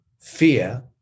fear